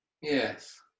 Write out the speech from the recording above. yes